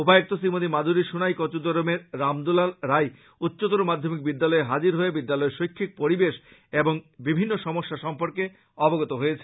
উপায়ুক্ত শ্রীমতি মাদ্দুরী সোনাই কচুদরমের রাম দুলাল রাই উচ্চতর মাধ্যমিক বিদ্যালয়ে হাজির হয়ে বিদ্যালয়ের শৈক্ষিক পরিবেশ এবং বিভিন্ন সমস্যা সর্ম্পকে অবগত হয়েছেন